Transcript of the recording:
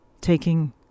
taking